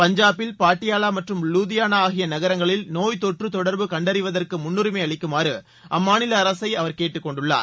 பஞ்சாபில் பாட்டியாவா மற்றும் லூதியானா ஆகிய நகரங்களில் நோய் தொற்று தொடர்பு கண்டறிவதற்கு முன்னுரிமை அளிக்குமாறு அம்மாநில அரசை அவர் கேட்டுக்கொண்டுள்ளார்